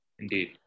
Indeed